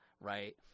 right